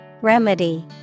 Remedy